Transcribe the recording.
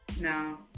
no